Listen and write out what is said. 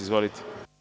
Izvolite.